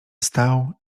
wstał